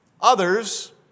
Others